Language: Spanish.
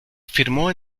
firmó